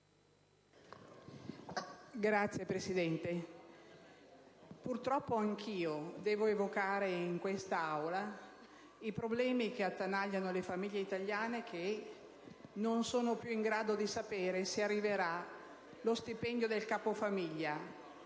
Signora Presidente, purtroppo anche io devo evocare in questa Aula i problemi che attanagliano le famiglie italiane che non sono più in grado di sapere se riceveranno lo stipendio del capo famiglia.